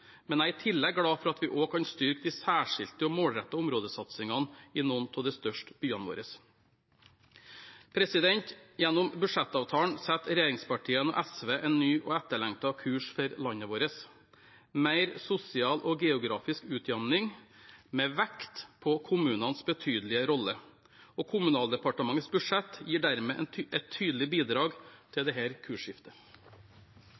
men jeg er i tillegg glad for at vi også kan styrke de særskilte og målrettede områdesatsingene i noen av de største byene våre. Gjennom budsjettavtalen setter regjeringspartiene og SV en ny og etterlengtet kurs for landet vårt: mer sosial og geografisk utjamning, med vekt på kommunenes betydelig rolle. Kommunaldepartementets budsjett gir dermed et tydelig bidrag til